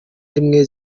rimwe